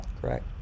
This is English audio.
correct